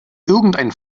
irgendein